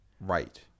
Right